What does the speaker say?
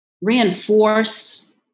reinforce